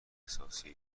احساسی